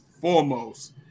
foremost